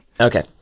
Okay